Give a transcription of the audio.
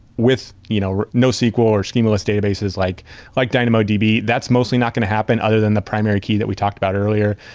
with you know nosql or schemaless databases like like dynamodb, that's mostly not going to happen other than the primary key that we talked about earlier.